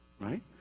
right